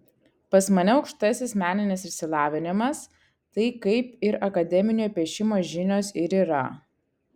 pas mane aukštasis meninis išsilavinimas tai kaip ir akademinio piešimo žinios ir yra